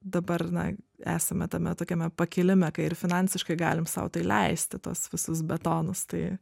dabar na esame tame tokiame pakilime kai ir finansiškai galim sau tai leisti tuos visus betonus tai